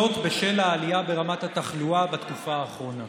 זאת, בשל העלייה ברמת התחלואה בתקופה האחרונה.